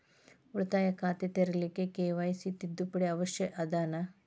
ಉಳಿತಾಯ ಖಾತೆ ತೆರಿಲಿಕ್ಕೆ ಕೆ.ವೈ.ಸಿ ತಿದ್ದುಪಡಿ ಅವಶ್ಯ ಅದನಾ?